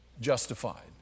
Justified